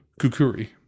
Kukuri